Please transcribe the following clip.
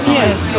yes